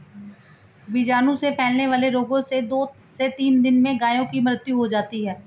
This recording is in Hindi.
बीजाणु से फैलने वाले रोगों से दो से तीन दिन में गायों की मृत्यु हो जाती है